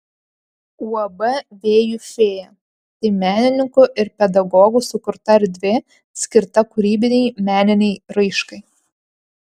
uab vėjų fėja tai menininkų ir pedagogų sukurta erdvė skirta kūrybinei meninei raiškai